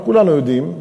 כולנו יודעים.